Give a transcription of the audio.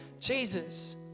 Jesus